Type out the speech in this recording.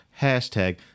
Hashtag